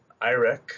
Irek